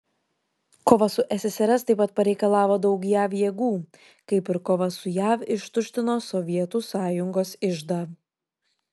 kova su ssrs taip pat pareikalavo daug jav jėgų kaip ir kova su jav ištuštino sovietų sąjungos iždą